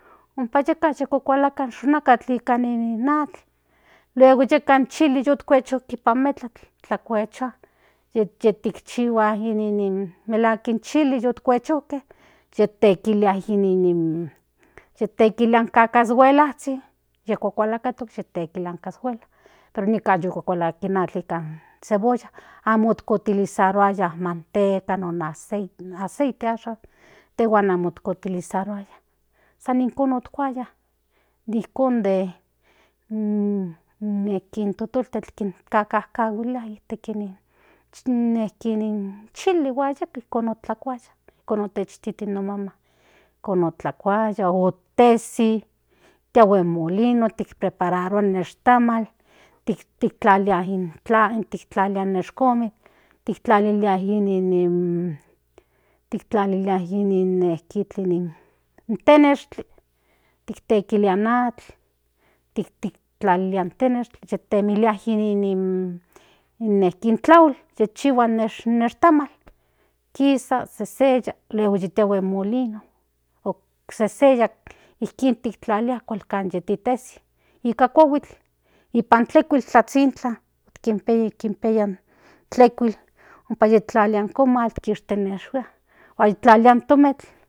Ompa yeka kuakalakatl in xonaka nika in atl luego yeka yikuecho in chili nipa metlak tikuechua yetikchihua in nin melahuak in chili yu kuechojke yitekilia in cacashuelazhin yekuakalakatokl yektekilia in cashuela pero nika yu kuakalakatl in atl nika cebolla amo utlizaruaya in manteca in aceite ashan intejua mo utilizaruaya san nikon otkuaya nijkon de ken totokl kinakahuilia itek in chili huan yeka ijkon otlakuaya ijkon otechtitin no maman kon atlakuaya o tesi tiahue in molino prepararua in niztamal tiktlalilia in nezkomikl tiktlalilia in nin tenezkli tiktekilia in atl tiktekilia in tenezkli ye temilia in nen tlaol yekchihua in nixtamal kisa seseya luego yitiahue in molino o seseya ijkin kintlalilia kualkan titezi ipan kuahuil nipan tekuil tlazintla kinpia i tlakuil ompa yiktlalia in komal huan tlalia in tenezkli.